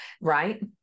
Right